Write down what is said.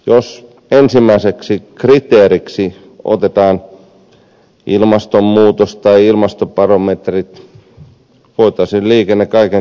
jos ensimmäiseksi kriteeriksi otetaan ilmastonmuutos tai ilmastobarometrit voitaisiin liikenne kaiken kaikkiaan lopettaa